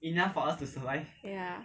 ya